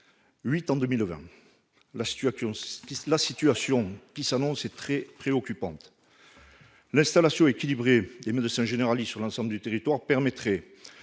8 en 2020. La situation qui s'annonce est très préoccupante ! L'installation équilibrée des médecins généralistes sur l'ensemble du territoire permettrait